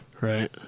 Right